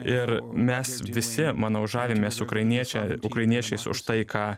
ir mes visi manau žavimės ukrainiečia ukrainiečiais už tai ką